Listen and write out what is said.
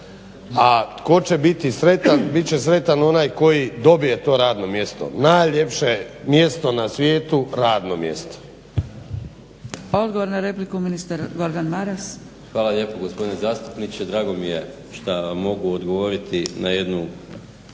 a tko će biti sretan bit će sretan onaj koji dobije to radno mjesto, najljepše mjesto na svijetu, radno mjesto.